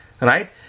right